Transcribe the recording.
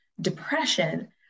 depression